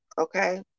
Okay